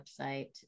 website